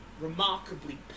remarkably